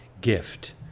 gift